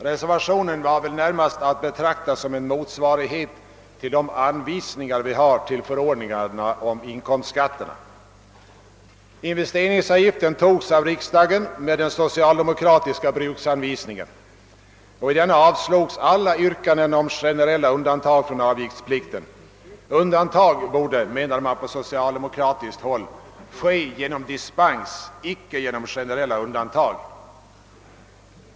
Reservationen var närmast att betrakta som en motsvarighet till de anvisningar vi har till förordningarna om inkomstskatterna. Investeringsavgiften antogs av riksdagen med den socialdemokratiska bruksanvisningen. I denna avstyrktes alla yrkanden om generella undantag från avgiftsplikten. Undantag borde, menade man på socialdemokratiskt håll, medges genom dispens, icke genom generella regler.